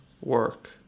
work